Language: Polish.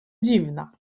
dziwna